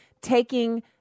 taking